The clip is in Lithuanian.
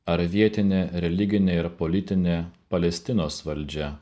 ar vietinė religinė ir politinė palestinos valdžia